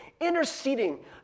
interceding